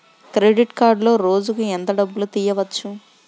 Credit కార్డులో రోజుకు ఎంత డబ్బులు తీయవచ్చు?